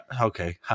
Okay